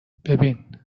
ببین